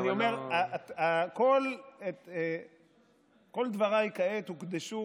כל דבריי כעת הוקדשו